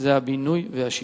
זה הבינוי והשיכון.